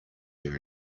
their